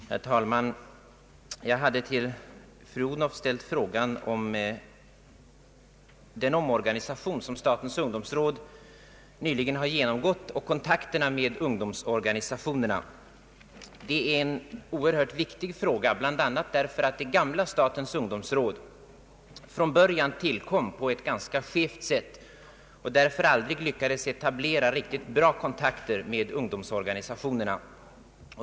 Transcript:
Herr talman! Jag hade till fru Odhnoff ställt en fråga om den omorganisation som statens ungdomsråd nyligen har genomgått och om kontakterna med ungdomsorganisationerna. Det är en oerhört viktig fråga, bl.a. därför att det gamla statens ungdomsråd från början tillkom på ett ganska skevt sätt och därför aldrig lyckades etablera riktigt bra kontakter med ungdomsorganisationerna.